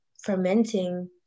fermenting